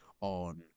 on